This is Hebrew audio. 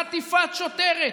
חטיפת שוטרת.